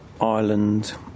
Ireland